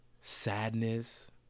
sadness